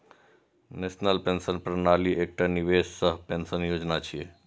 national pension प्रणाली एकटा निवेश सह पेंशन योजना छियै